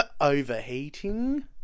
overheating